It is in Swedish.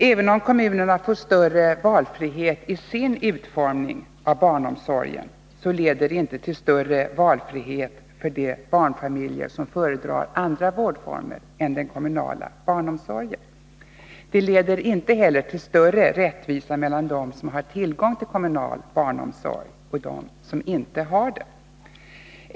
Även om kommunerna får större valfrihet i sin utformning av barnomsorgen leder det inte till större valfrihet för de barnfamiljer som föredrar andra vårdformer än den kommunala barnomsorgen. Det leder inte heller till större rättvisa mellan dem som har tillgång till kommunal barnomsorg och dem som inte har det.